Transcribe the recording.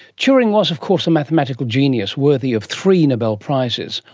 turing was of course a mathematical genius, worthy of three nobel prizes.